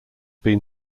been